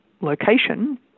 location